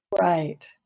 Right